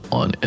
on